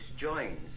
joins